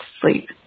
sleep